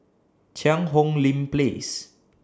Cheang Hong Lim Place